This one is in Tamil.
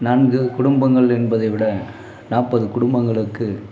நான்கு குடும்பங்கள் என்பதை விட நாற்பது குடும்பங்களுக்கு